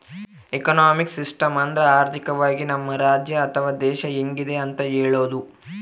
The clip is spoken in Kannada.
ಎಕನಾಮಿಕ್ ಸಿಸ್ಟಮ್ ಅಂದ್ರ ಆರ್ಥಿಕವಾಗಿ ನಮ್ ರಾಜ್ಯ ಅಥವಾ ದೇಶ ಹೆಂಗಿದೆ ಅಂತ ಹೇಳೋದು